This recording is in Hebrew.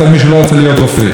אני היום לא היחיד בעניין.